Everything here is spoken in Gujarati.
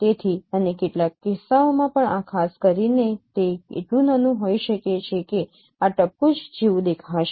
તેથી અને કેટલાક કિસ્સાઓમાં પણ આ ખાસ કરીને તે એટલું નાનું હોઈ શકે છે કે આ ટપકું જ જેવુ દેખાશે